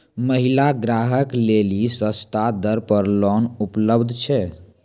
महिला ग्राहक लेली सस्ता दर पर लोन उपलब्ध छै?